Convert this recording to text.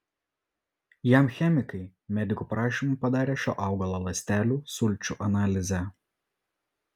jam chemikai medikų prašymu padarė šio augalo ląstelių sulčių analizę